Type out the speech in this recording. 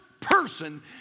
person